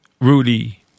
Rudy